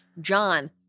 John